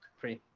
free.